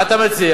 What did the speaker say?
מה אתה מציע?